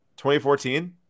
2014